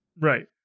Right